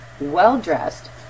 well-dressed